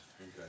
Okay